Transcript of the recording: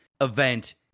event